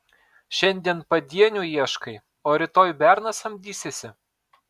šiandien padienių ieškai o rytoj berną samdysiesi